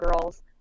girls